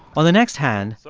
on the next hand, so